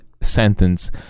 sentence